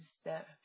step